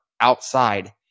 outside